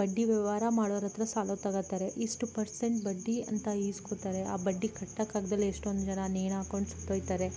ಬಡ್ಡಿ ವ್ಯವಹಾರ ಮಾಡೋರತ್ತಿರ ಸಾಲ ತಗೊತಾರೆ ಇಷ್ಟು ಪರ್ಸೆಂಟ್ ಬಡ್ಡಿ ಅಂತ ಇಸ್ಕೊತಾರೆ ಆ ಬಡ್ಡಿ ಕಟ್ಟಕ್ಕಾಗ್ದೆ ಎಷ್ಟೊಂದು ಜನ ನೇಣಾಕ್ಕೊಂಡು ಸತ್ತೊಗ್ತಾರೆ